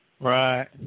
Right